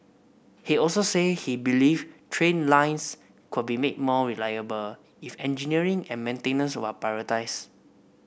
he also said he believed train lines could be made more reliable if engineering and maintenance were prioritised